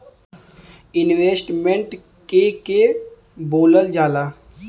Investment के के बोलल जा ला?